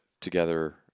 together